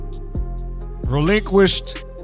relinquished